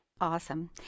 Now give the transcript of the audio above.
Awesome